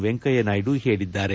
ವೆಂಕಯ್ಯನಾಯ್ಡು ಹೇಳಿದ್ದಾರೆ